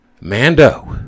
mando